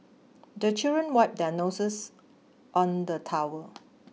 the children wipe their noses on the towel